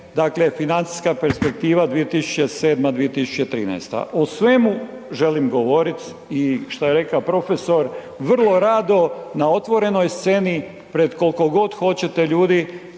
dakle, financijska perspektiva 2007.-2013. O svemu želim govoriti i što je rekao profesor, vrlo rado na otvorenoj sceni pred koliko god hoćete ljudi